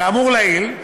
כאמור לעיל,